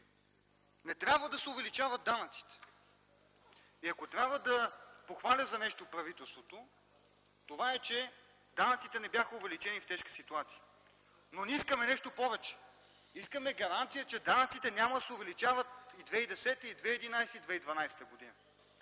Не трябва да се увеличават данъците! Ако трябва да похваля за нещо правителството, то е, че данъците не бяха увеличени в тежка ситуация. Ние искаме обаче нещо повече: искаме гаранции, че данъците няма да се увеличават и 2010, и 2011 г., и 2012 г.! Да,